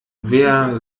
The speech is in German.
wer